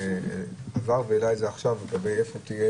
אני מבקש אילנה את ההתייחסות שלך ואז לחבר